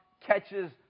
catches